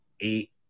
eight